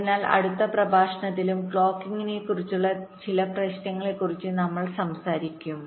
അതിനാൽ അടുത്ത പ്രഭാഷണത്തിലും ക്ലോക്കിംഗിനെക്കുറിച്ചുള്ള ചില പ്രശ്നങ്ങളെക്കുറിച്ച് നമ്മൾ സംസാരിക്കും